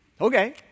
Okay